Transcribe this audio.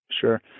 Sure